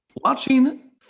Watching